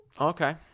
Okay